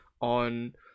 on